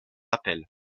appel